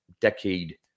decade